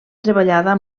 treballada